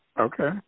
okay